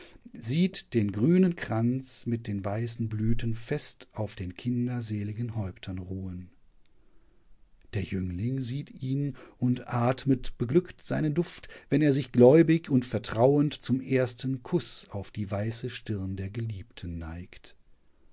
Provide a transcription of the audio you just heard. sieht den grünen kranz mit den weißen blüten fest auf den kinderseligen häuptern ruhen der jüngling sieht ihn und atmet beglückt seinen duft wenn er sich gläubig und vertrauend zum ersten kuß auf die weiße stirn der geliebten neigt